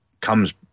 comes